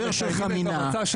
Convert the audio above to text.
שחבר כנסת מכובד כמוך,